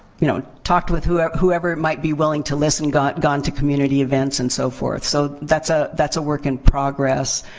you know, talked with whoever whoever might be willing to listen, gone to community events and so forth. so, that's ah that's a work in progress.